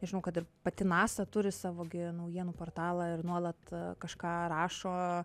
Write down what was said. žinau kad ir pati nasa turi savo gi naujienų portalą ir nuolat kažką rašo